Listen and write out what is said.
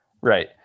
Right